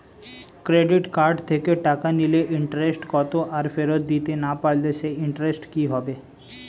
Credit card থেকে টাকা নিলে ইন্টারেস্ট কত আর ফেরত দিতে না পারলে সেই ইন্টারেস্ট কি হবে?